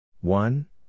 One